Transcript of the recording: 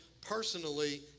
personally